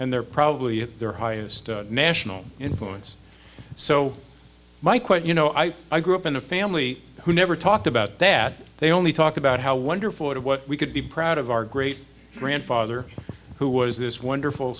and they're probably at their highest national influence so my quote you know i i grew up in a family who never talked about that they only talked about how wonderful it what we could be proud of our great grandfather who was this wonderful